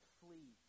flee